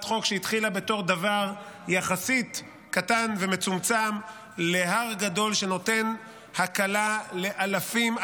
חוק שהתחילה בתור דבר יחסית קטן ומצומצם להר גדול שנותן הקלה לאלפים,